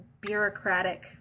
bureaucratic